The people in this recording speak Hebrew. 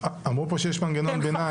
אמרו פה שיש מנגנון בהסדרי הביניים.